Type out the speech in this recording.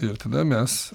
ir tada mes